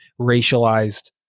racialized